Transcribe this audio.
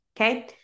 Okay